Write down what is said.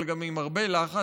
אבל גם עם הרבה לחץ,